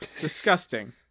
disgusting